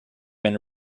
been